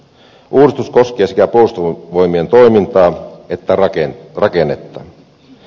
uudistus koskee sekä puolustusvoimien toimintaa että rakennetta